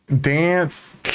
dance